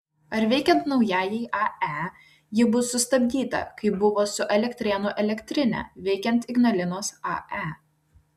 ar veikiant naujajai ae ji bus sustabdyta kaip buvo su elektrėnų elektrine veikiant ignalinos ae